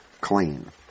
clean